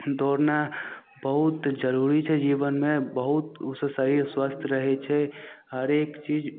दौड़नाय बहुत जरूरी छै जीवनमे बहुत उ से शरीर स्वस्थ रहय छै हरेक चीज